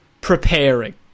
preparing